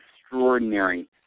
extraordinary